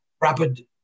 rapid